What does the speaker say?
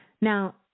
Now